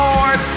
Lord